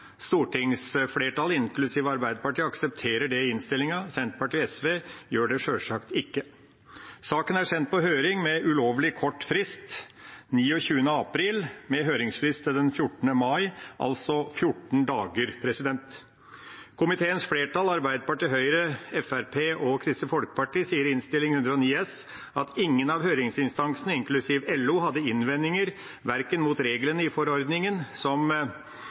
Stortingsflertallet, inklusive Arbeiderpartiet, aksepterer det i innstillinga. Senterpartiet og SV gjør det sjølsagt ikke. Saken ble sendt på høring den 29. april med ulovlig kort frist – med høringsfrist til den 14. mai, altså 14 dager. Komiteens flertall – Arbeiderpartiet, Høyre, Fremskrittspartiet og Kristelig Folkeparti – sier i Innst. 109 S at «ingen av høringsinstansene, inkludert Landsorganisasjonen, hadde innvendinger verken mot reglene i forordningen som